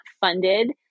funded